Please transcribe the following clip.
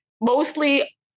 Mostly